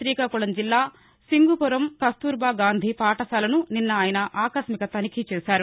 శ్రీకాకుళం జిల్లా సింగుపురం కస్తూరిభా గాంధీ పాఠశాలను నిన్న ఆయన ఆకస్మిక తనిఖీ చేశారు